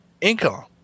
income